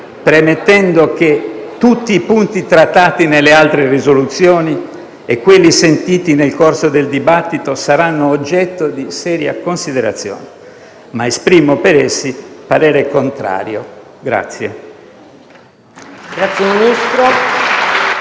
premettendo che tutti i punti trattati nelle altre risoluzioni e quelli che ho sentito nel corso del dibattito saranno oggetto di seria considerazione, esprimo per essi parere contrario. Grazie.